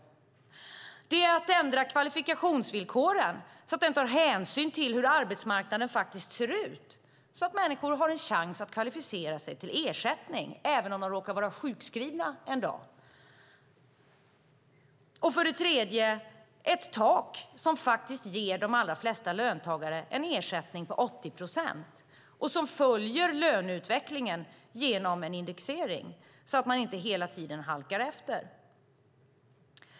Det handlar också om att ändra kvalifikationsvillkoren, så att man tar hänsyn till hur arbetsmarknaden faktiskt ser ut och så att människor har en chans att kvalificera sig för ersättning även om de råkar vara sjukskrivna en dag. Sedan handlar det om ett tak som faktiskt ger de allra flesta löntagare en ersättning på 80 procent och som följer löneutvecklingen genom en indexering, så att man inte hela tiden halkar efter.